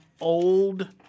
old